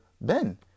Ben